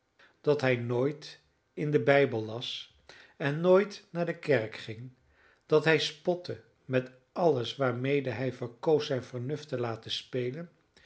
dat hij nooit in den bijbel las en nooit naar de kerk ging dat hij spotte met alles waarmede hij verkoos zijn vernuft te laten spelen